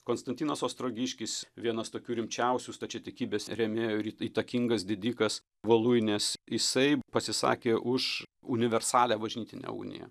konstantinas ostrogiškis vienas tokių rimčiausių stačiatikybės rėmėjų įtakingas didikas voluinės jisai pasisakė už universalią bažnytinę uniją